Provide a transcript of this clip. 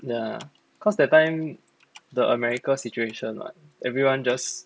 ya cause that time the america situation [what] everyone just